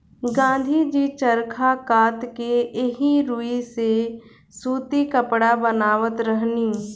गाँधी जी चरखा कात के एही रुई से सूती कपड़ा बनावत रहनी